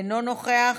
אינו נוכח,